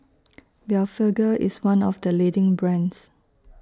Blephagel IS one of The leading brands